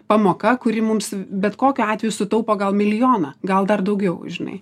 pamoka kuri mums bet kokiu atveju sutaupo gal milijoną gal dar daugiau žinai